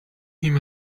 him